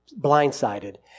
blindsided